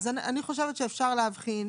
אז אני חושבת שאפשר להבחין.